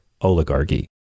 oligarchy